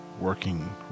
working